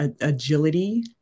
agility